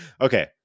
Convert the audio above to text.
okay